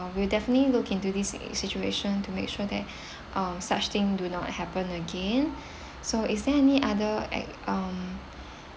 we'll definitely look into this situation to make sure that uh such thing do not happen again so is there any other a~ um